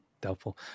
doubtful